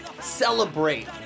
celebrate